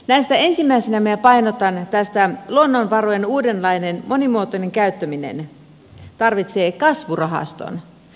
näistä ensimmäisenä minä painotan tätä että luonnonvarojen uudenlainen monimuotoinen käyttäminen tarvitsee kasvurahaston